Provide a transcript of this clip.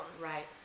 right